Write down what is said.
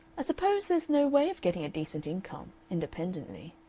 i suppose there's no way of getting a decent income independently.